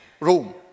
room